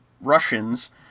Russians